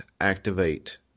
activate